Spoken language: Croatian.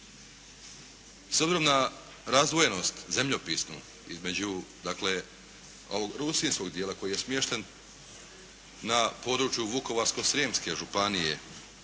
na razdvojenost zemljopisnu između dakle ovog rusinskog dijela koji je smješten na području Vukovarsko-Srijemske županije